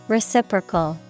Reciprocal